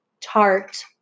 tart